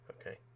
Okay